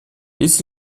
есть